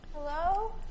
Hello